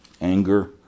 Anger